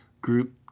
group